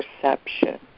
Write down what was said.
perception